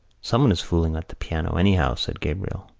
someone is fooling at the piano anyhow, said gabriel.